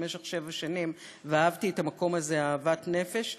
במשך שבע שנים ואהבתי את המקום הזה אהבת נפש.